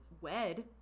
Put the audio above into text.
wed